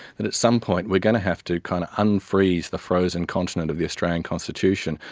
that at some point we are going to have to kind of unfreeze the frozen continent of the australian constitution,